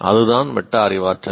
அதுதான் மெட்டா அறிவாற்றல்